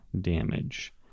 damage